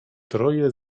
troje